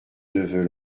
neveu